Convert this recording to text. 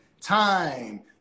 time